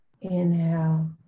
Inhale